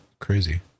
crazy